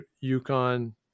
Yukon